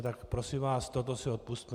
Tak prosím vás, toto si odpusťte!